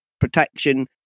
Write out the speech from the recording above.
protection